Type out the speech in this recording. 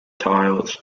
tiles